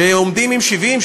שעומדים עם 70%,